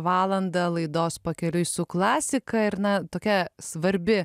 valandą laidos pakeliui su klasika ir na tokia svarbi